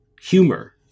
humor